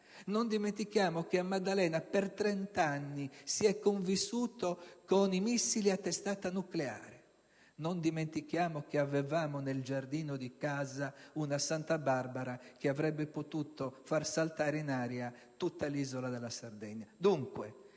Non dimentichiamo che per 30 anni a La Maddalena si è convissuto con i missili a testata nucleare. Non dimentichiamo che nel giardino di casa avevamo una santabarbara che avrebbe potuto far saltare in aria tutta l'isola della Sardegna.